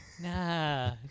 Nah